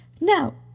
now